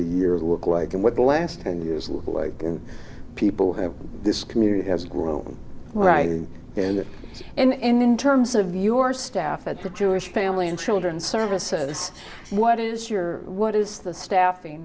the year look like and what the last ten years look like and people have this community has grown right and that and in terms of your staff at the jewish family and children's services what is your what is the staffing